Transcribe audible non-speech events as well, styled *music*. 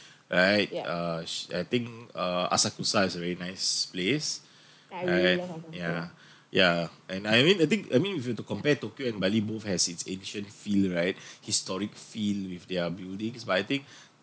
right uh I think uh asakusa is a very nice place *breath* right yeah yeah and I mean I think I mean if you were to compare tokyo and bali both has its ancient feel right *breath* historic feel with their buildings but I think *breath*